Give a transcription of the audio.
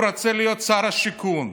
הוא רוצה להיות שר השיכון,